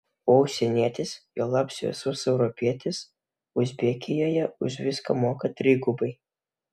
o užsienietis juolab šviesus europietis uzbekijoje už viską moka trigubai